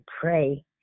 pray